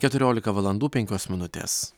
keturiolika valandų penkios minutės